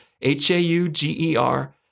H-A-U-G-E-R